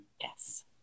Yes